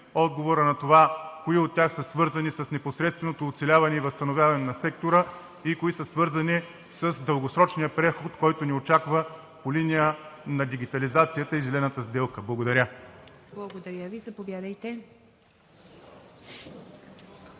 отговора: кои от тях са свързани с непосредственото оцеляване и възстановяване на сектора; кои са свързани с дългосрочния преход, който ни очаква, по линия на дигитализацията и Зелената сделка? Благодаря. ПРЕДСЕДАТЕЛ ИВА